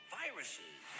viruses